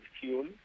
fuel